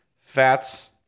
fats